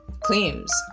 claims